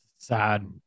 Sad